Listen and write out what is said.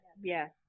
Yes